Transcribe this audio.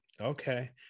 Okay